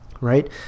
Right